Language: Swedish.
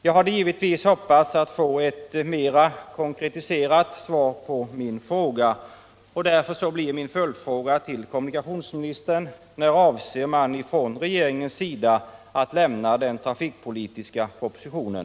Jag hade givetvis hoppats att få ett mera konkretiserat svar på min fråga. Därför blir min följdfråga till kommunikationsministern: När avser regeringen att lägga fram den trafikpolitiska propositionen?